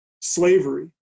slavery